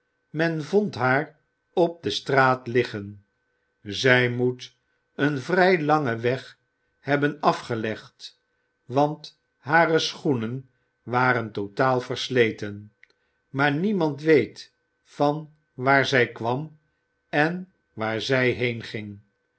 men vond haar op de straat liggen zij moet een vrij langen weg hebben afgelegd want hare schoenen waren totaal versleten maar niemand weet van waar zij kwam en waar zij heen